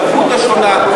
התרבות השונה,